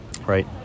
right